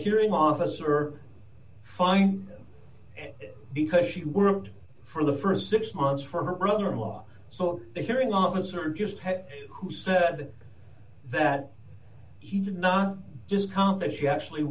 hearing officer fine because she worked for the st six months for her brother in law so they're hearing officer just who said that he did not discount that she actually